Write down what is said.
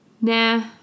Nah